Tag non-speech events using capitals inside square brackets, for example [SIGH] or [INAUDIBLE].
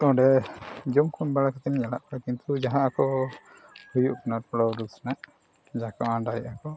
ᱚᱸᱰᱮ ᱡᱚᱢ ᱠᱚ ᱮᱢ ᱵᱟᱲᱟ ᱠᱟᱛᱮᱫ ᱞᱤᱧ ᱟᱲᱟᱜ ᱠᱚᱣᱟ ᱠᱤᱱᱛᱩ ᱡᱟᱦᱟᱸ ᱟᱠᱚ ᱦᱩᱭᱩᱜ ᱠᱟᱱᱟ [UNINTELLIGIBLE] ᱡᱟᱦᱟ ᱠᱚ ᱚᱸᱰᱮ ᱦᱮᱡ ᱟᱠᱚ